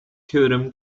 theorem